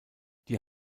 die